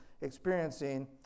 experiencing